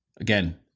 again